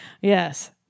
Yes